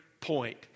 point